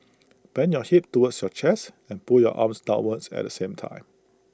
bend your hip towards your chest and pull your arms downwards at the same time